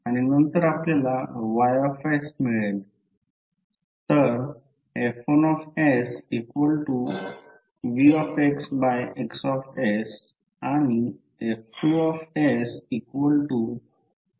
तर येथे R हे अँपिअर टर्न पर वेबर आहे आणि P हे R चे रिसिप्रोकल आहे रिल्यक्टन्स फक्त वेबर असेल हे युनिट वेबर असेल किंवा मग्नेटिक सर्किटच्या या भौतिक व्याप्तीचे अँपिअर टर्न असेल